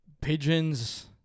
Pigeons